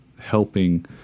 helping